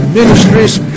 Ministries